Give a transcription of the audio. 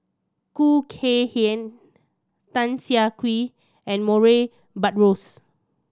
Khoo Kay Hian Tan Siah Kwee and Murray Buttrose